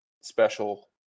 special